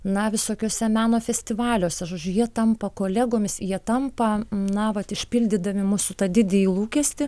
na visokiuose meno festivaliuose žodžiu jie tampa kolegomis jie tampa na vat išpildydami mūsų tą didįjį lūkestį